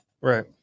Right